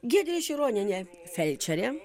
giedrė šironienė felčerė